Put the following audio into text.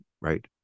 right